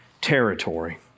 territory